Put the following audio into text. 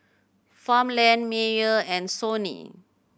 Farmland Mayer and Sony